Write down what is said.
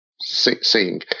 seeing